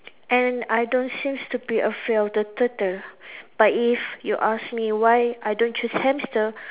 and I don't seem to be afraid of the turtle but if you ask me why I don't choose hamster